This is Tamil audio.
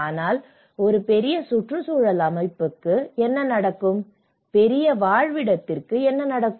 ஆனால் ஒரு பெரிய சுற்றுச்சூழல் அமைப்புக்கு என்ன நடக்கும் பெரிய வாழ்விடத்திற்கு என்ன நடக்கும்